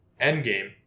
Endgame